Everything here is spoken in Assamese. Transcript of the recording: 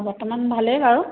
বৰ্তমান ভালেই বাৰু